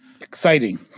exciting